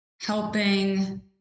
helping